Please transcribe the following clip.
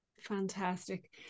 Fantastic